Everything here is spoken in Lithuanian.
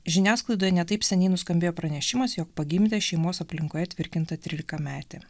žiniasklaidoje ne taip seniai nuskambėjo pranešimas jog pagimdė šeimos aplinkoje tvirkintą trylikametį